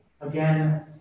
again